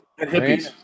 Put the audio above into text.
Hippies